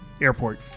airport